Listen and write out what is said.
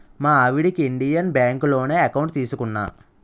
మా ఆవిడకి ఇండియన్ బాంకులోనే ఎకౌంట్ తీసుకున్నా